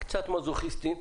קצת מזוכיסטים,